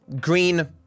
Green